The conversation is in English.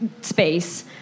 space